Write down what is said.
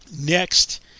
next